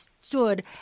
stood